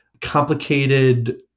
complicated